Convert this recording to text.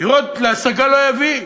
דירות להשגה זה לא יביא.